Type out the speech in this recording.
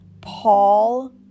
Paul